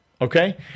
Okay